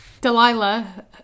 Delilah